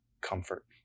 comfort